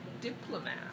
diplomat